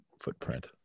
footprint